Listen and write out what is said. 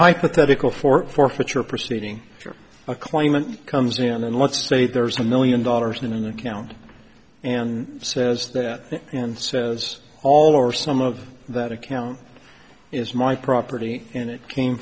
hypothetical for forfeiture proceeding if you're a claimant comes in and let's say there's a million dollars in an account and says that and says all or some of that account is my property and it came